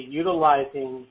utilizing